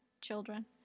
Children